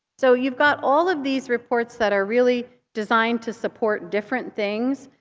so you've got all of these reports that are really designed to support different things.